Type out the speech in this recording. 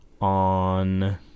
on